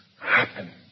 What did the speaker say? happen